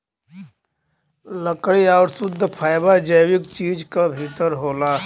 लकड़ी आउर शुद्ध फैबर जैविक चीज क भितर होला